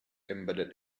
embedded